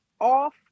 off